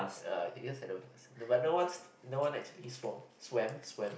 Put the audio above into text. ya I guess I don't but no one no one actually swum swam swam